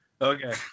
Okay